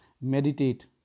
meditate